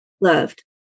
loved